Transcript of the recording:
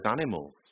animals